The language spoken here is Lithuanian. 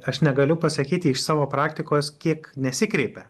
aš negaliu pasakyti iš savo praktikos kiek nesikreipia